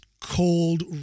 cold